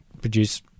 produce